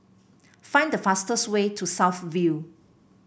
find the fastest way to South View